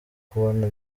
kubona